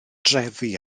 drefi